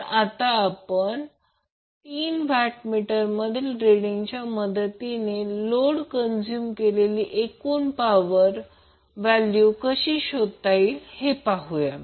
तर आता आपण या तीन वॅट मीटर मधील रिडिंगच्या मदतीने लोडने कंज्यूम केलेली एकूण पॉवर व्हॅल्यू कशी शोधता येईल हे पाहूया